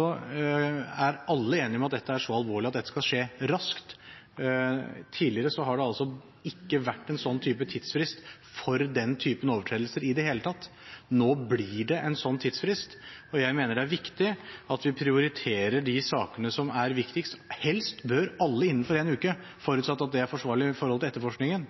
Alle er enige om at dette er så alvorlig at det skal skje raskt. Tidligere har det ikke vært en sånn tidsfrist for den typen overtredelser i det hele tatt. Nå blir det en sånn tidsfrist, og jeg mener det er viktig at vi prioriterer de sakene som er viktigst. Helst bør alle avhøres innen én uke, forutsatt at det er forsvarlig med tanke på etterforskningen.